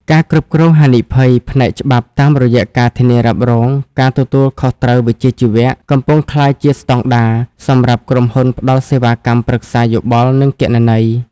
ការគ្រប់គ្រងហានិភ័យ ផ្នែកច្បាប់តាមរយៈ ការធានារ៉ាប់រង ការទទួលខុសត្រូវវិជ្ជាជីវៈ កំពុងក្លាយជាស្ដង់ដារសម្រាប់ក្រុមហ៊ុនផ្ដល់សេវាកម្មប្រឹក្សាយោបល់ និងគណនេយ្យ។